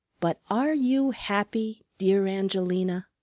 but are you happy, dear angelina?